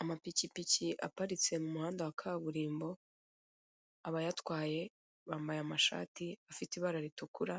Amapikipiki aparitse mu muhanda wa kaburimbo abayatwaye bambaye amashati afite ibara ritukura,